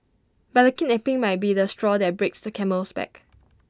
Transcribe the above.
but the kidnapping might be the straw that breaks the camel's back